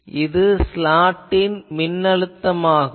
இது ஸ்லாட்டின் மின்னழுத்தம் ஆகும்